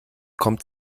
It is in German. kommt